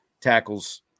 tackles